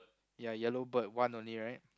ya yellow bird one only right